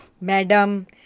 Madam